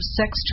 sex